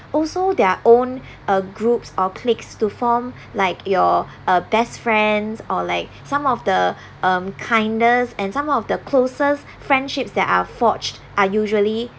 also their own uh group or cliques to form like your uh best friends or like some of the um kindness and some of the closest friendships that are forged are usually